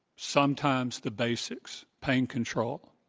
sometimes the basics, pain control,